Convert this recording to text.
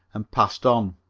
and passed on,